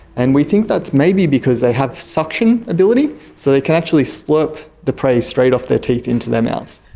and we think that's maybe because they have suction ability, so they can actually slurp the prey straight off their teeth into their mouths.